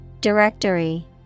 Directory